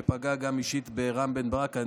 שפגע גם אישית ברם בן ברק.